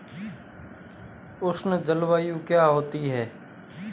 उष्ण जलवायु क्या होती है?